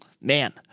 man